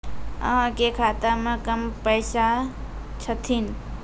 अहाँ के खाता मे कम पैसा छथिन?